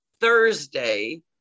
thursday